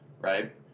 right